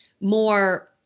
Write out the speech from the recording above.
more